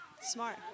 Smart